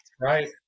Right